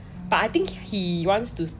but I think he wants to